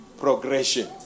progression